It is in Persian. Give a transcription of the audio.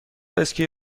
اسکی